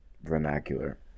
vernacular